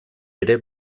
ere